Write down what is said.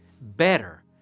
better